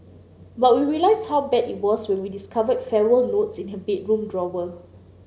but we realised how bad it was when we discovered farewell notes in her bedroom drawer